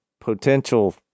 potential